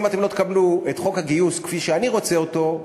אם לא תקבלו את חוק הגיוס כפי שאני רוצה אותו,